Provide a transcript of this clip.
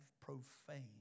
profaned